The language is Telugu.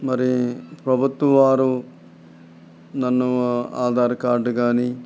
మరి ప్రభుత్వ వారు నన్ను ఆధార్ కార్డు కానీ